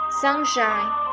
sunshine